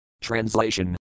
Translation